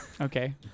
Okay